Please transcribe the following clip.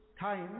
time